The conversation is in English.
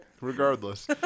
regardless